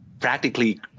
practically